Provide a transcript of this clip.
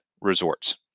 resorts